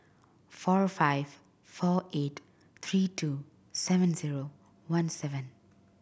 four five four eight three two seven zero one seven